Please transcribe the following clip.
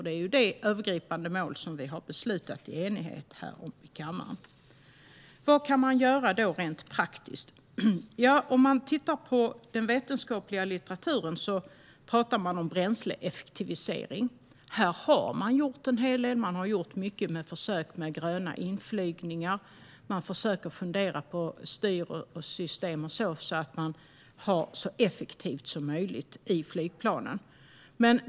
Det är ju det övergripande mål som vi har beslutat om i enighet här i kammaren. Vad kan man då göra rent praktiskt? I den vetenskapliga litteraturen talar man om bränsleeffektivisering. Här har man gjort en hel del, till exempel försök med gröna inflygningar, och man försöker fundera på styrsystem och så vidare så att det blir så effektivt som möjligt i flygplanen.